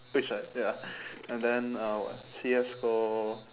which like wait ah and then uh what CSGO